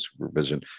supervision